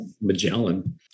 Magellan